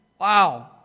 wow